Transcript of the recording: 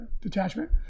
detachment